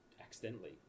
accidentally